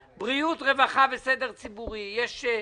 בריאות, רווחה, סדר ציבורי יש את השיעור,